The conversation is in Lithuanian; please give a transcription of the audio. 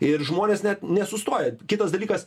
ir žmonės net nesustoja kitas dalykas